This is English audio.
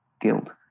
guilt